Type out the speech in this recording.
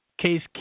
Case